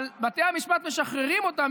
אבל בתי המשפט משחררים אותם,